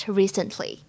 recently